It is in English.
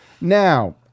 Now